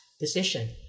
decision